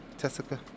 Tessica